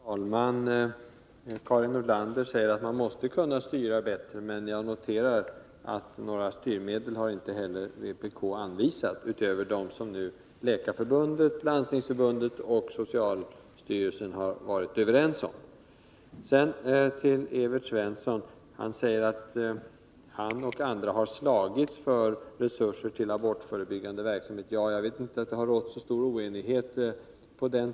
Fru talman! Karin Nordlander säger att man måste kunna styra bättre, men jag noterar att några styrmedel har inte heller vpk anvisat utöver dem som Läkarförbundet, Landstingsförbundet och socialstyrelsen har varit överens om. Evert Svensson säger att han och andra har slagits för resurser till abortförebyggande verksamhet. Jag vet inte att det har rått så stor oenighet i den frågan.